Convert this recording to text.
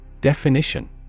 Definition